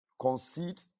concede